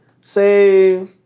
say